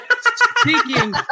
speaking